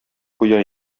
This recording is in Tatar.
куя